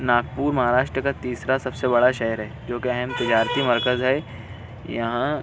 ناگپور مہاراشٹر کا تیسرا سب سے بڑا شہر ہے جوکہ اہم تجارتی مرکز ہے یہاں